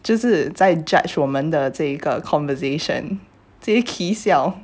这是在 judge 我们的这个 conversation 在 kee siao